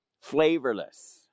flavorless